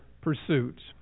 pursuits